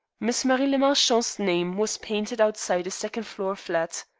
miss marie le marchant's name was painted outside a second-floor flat.